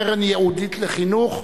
קרן ייעודית לחינוך)?